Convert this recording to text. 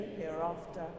hereafter